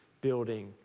building